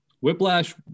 Whiplash